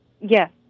Yes